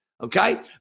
okay